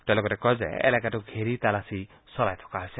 তেওঁ লগতে কয় যে এলেকাটো ঘেৰি তালাচী চলাই থকা হৈছে